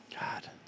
God